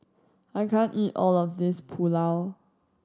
I can't eat all of this Pulao